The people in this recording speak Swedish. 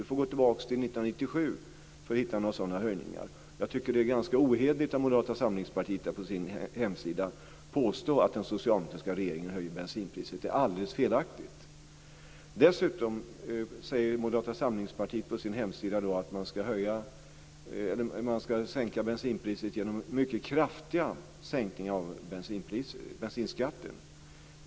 Man får gå tillbaks till 1997 för att hitta några sådana höjningar. Jag tycker att det är ganska ohederligt av Moderata samlingspartiet att på sin hemsida påstå att den socialdemokratiska regeringen höjer bensinpriset. Det är alldeles felaktigt. Dessutom säger Moderata samlingspartiet på sin hemsida att bensinpriset ska sänkas genom mycket kraftiga sänkningar av bensinskatten.